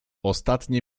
ostatnie